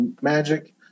magic